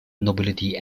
nobility